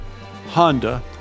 Honda